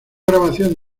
grabación